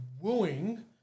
wooing